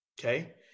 okay